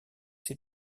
ses